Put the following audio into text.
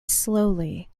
slowly